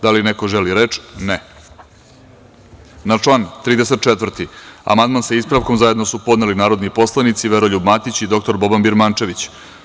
Da li neko želi reč? (Ne.) Na član 34. amandman, sa ispravkom, zajedno su podneli narodni poslanici Veroljub Matić i dr Boban Birmančević.